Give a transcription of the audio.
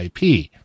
IP